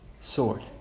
sword